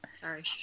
Sorry